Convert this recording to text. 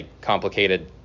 complicated